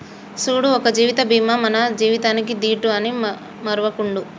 సూడు ఒక జీవిత బీమా మన జీవితానికీ దీటు అని మరువకుండు